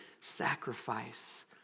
sacrifice